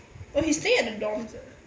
oh he's staying at the dorms ah